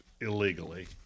illegally